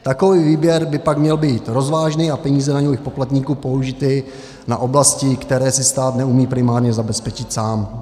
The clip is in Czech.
Takový výběr by pak měl být rozvážný a peníze daňových poplatníků použity na oblasti, které si stát neumí primárně zabezpečit sám.